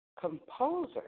composer